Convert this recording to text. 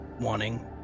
wanting